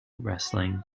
wrestling